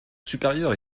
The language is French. supérieur